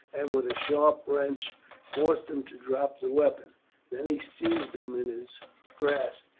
and with a sharp wrench forced him to drop the weapon then he seized him in his grasp.